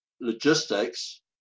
logistics